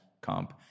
comp